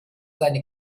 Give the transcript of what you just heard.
seine